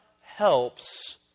helps